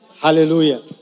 Hallelujah